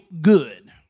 good